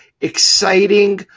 exciting